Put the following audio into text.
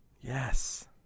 Yes